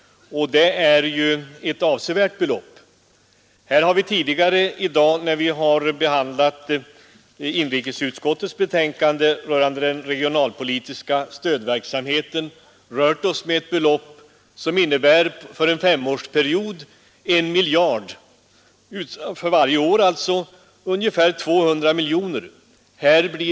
Det är ett avsevärt belopp. Vi har tidigare i dag när vi behandlade inrikesutskottets betänkande rörande den regionalpolitiska stödverksamheten haft att göra med belopp, som för en femårsperiod innebär 2,5 miljarder, för varje år alltså ungefär 500 miljoner.